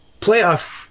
playoff